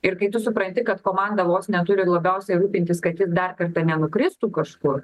ir kai tu supranti kad komanda vos neturi labiausiai rūpintis kad ji dar kartą nenukristų kažkur